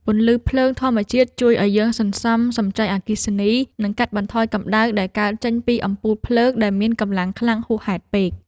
ពន្លឺភ្លើងធម្មជាតិជួយឱ្យយើងសន្សំសំចៃអគ្គិសនីនិងកាត់បន្ថយកម្តៅដែលកើតចេញពីអំពូលភ្លើងដែលមានកម្លាំងខ្លាំងហួសហេតុពេក។